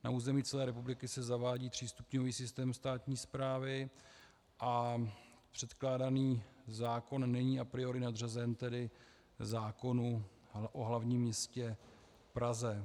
Na území celé republiky se zavádí třístupňový systém státní správy a předkládaný zákon není a priori nadřazen zákonu o hlavním městě Praze.